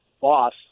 boss